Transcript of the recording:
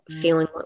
feeling